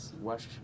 Wash